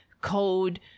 code